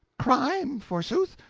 crime, forsooth!